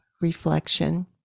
reflection